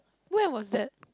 where was that